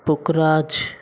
पुखराज